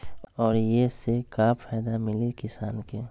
और ये से का फायदा मिली किसान के?